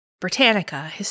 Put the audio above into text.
Britannica